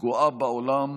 גואה בעולם,